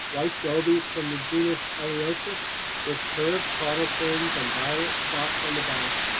white gobies from the genus eleotris with curved caudal fins and violet spots on the back,